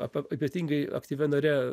ap ypatingai aktyvia nare